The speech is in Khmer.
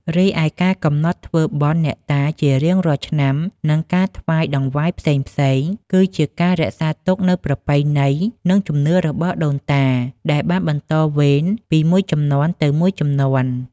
រីឯការកំណត់ធ្វើបុណ្យអ្នកតាជារៀងរាល់ឆ្នាំ និងការថ្វាយតង្វាយផ្សេងៗ គឺជាការរក្សាទុកនូវប្រពៃណី និងជំនឿរបស់ដូនតា ដែលបានបន្តវេនពីមួយជំនាន់ទៅមួយជំនាន់។